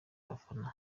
abafana